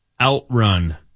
OutRun